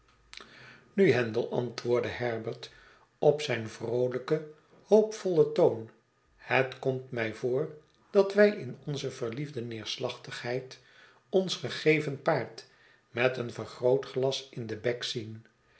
nu handel antwoordde herbert op zijn vroolijken hoopvollen toon het komt mij voor dat wij in onze verliefde neerslachtigheid ons gegeven paard met een vergrootglas in den bek zien